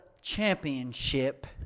championship